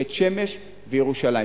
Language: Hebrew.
בית-שמש וירושלים.